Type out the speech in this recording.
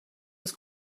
was